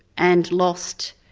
and lost